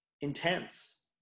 intense